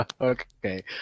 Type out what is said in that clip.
Okay